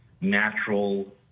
natural